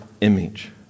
image